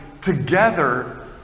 together